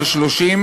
פנסיוני.